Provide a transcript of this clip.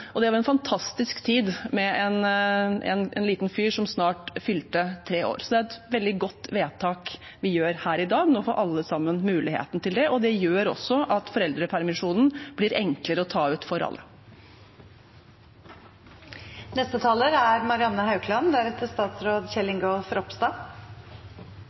og det var en fantastisk tid med en liten fyr som snart fylte tre år. Så det er et veldig godt vedtak vi gjør her i dag. Nå får alle sammen muligheten til dette, og det gjør også at foreldrepermisjonen blir enklere å ta ut for alle. Det er bra at vi vedtar en lov som gjør det enklere for foreldrene i